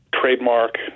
trademark